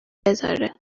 بذاره